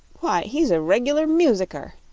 why, he's a reg'lar musicker!